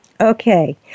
Okay